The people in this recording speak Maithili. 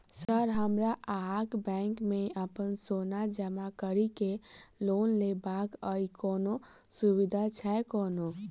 सर हमरा अहाँक बैंक मे अप्पन सोना जमा करि केँ लोन लेबाक अई कोनो सुविधा छैय कोनो?